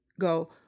go